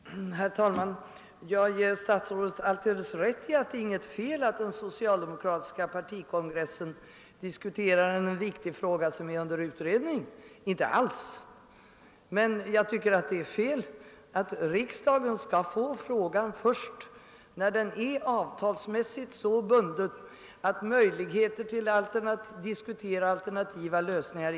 Herr talman! Jag ger statsrådet alldeles rätt i att det inte är något fel att den socialdemokratiska partikongressen diskuterar en viktig fråga som är under utredning. Men jag tycker att det är fel att riksdagen skall få frågan till behandling först när den avtalsmässigt är så bunden att det inte finns möjligheter att diskutera alternativa lösningar.